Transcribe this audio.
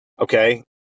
okay